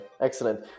Excellent